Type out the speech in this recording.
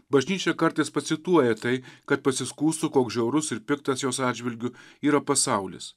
bažnyčia kartais pacituoja tai kad pasiskųstų koks žiaurus ir piktas jos atžvilgiu yra pasaulis